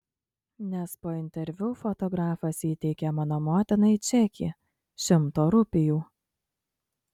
nes po interviu fotografas įteikė mano motinai čekį šimto rupijų